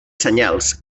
senyals